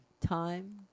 Time